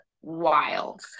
wild